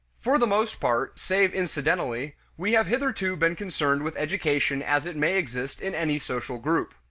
for the most part, save incidentally, we have hitherto been concerned with education as it may exist in any social group.